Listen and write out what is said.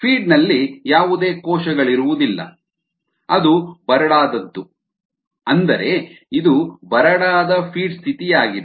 feed ನಲ್ಲಿ ಯಾವುದೇ ಕೋಶಗಳಿರುವುದಿಲ್ಲ ಅದು ಬರಡಾದದ್ದು ಅಂದರೆ ಇದು ಬರಡಾದ ಫೀಡ್ ಸ್ಥಿತಿಯಾಗಿದೆ